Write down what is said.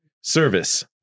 Service